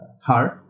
hard